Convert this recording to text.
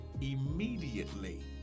Immediately